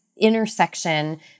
intersection